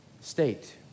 state